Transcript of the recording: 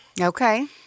Okay